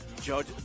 judge